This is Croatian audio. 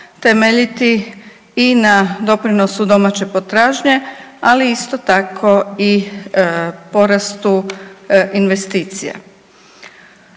temeljiti i na doprinosu domaće potražnje, ali isto tako i porastu investicija.